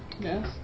Yes